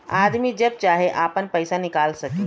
आदमी जब चाहे आपन पइसा निकाल सके